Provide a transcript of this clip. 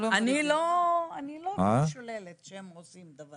אני לא הייתי שוללת שהם עושים דבר כזה.